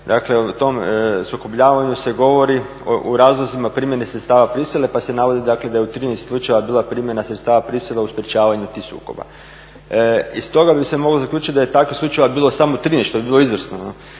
dakle o tom sukobljavanju se govori u razlozima primjene sredstava prisile pa se navodi dakle da je u 13 slučajeva bila primjena sredstava prisile u sprečavanju tih sukoba. Iz toga bi se moglo zaključiti da je takvih slučajeva bilo samo 13, što bi bilo izvrsno.